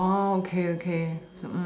oh okay okay